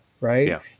right